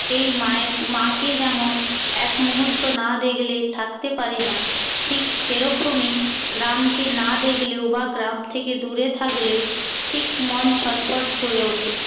সেই মাকে যেমন এক মুহূর্ত না দেখলে থাকতে পারি না ঠিক সেরকমই গ্রামকে না দেখলেও বা গ্রাম থেকে দূরে থাকলেও ঠিক মন ছটফট করে ওঠে